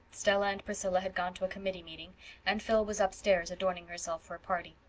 stella and priscilla had gone to a committee meeting and phil was upstairs adorning herself for a party.